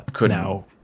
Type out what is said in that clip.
now